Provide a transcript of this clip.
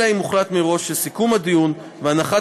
אלא אם כן הוחלט מראש שסיכום הדיון והנחת